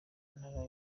ntara